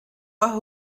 all